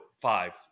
five